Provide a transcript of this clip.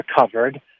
recovered